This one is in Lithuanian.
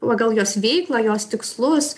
pagal jos veiklą jos tikslus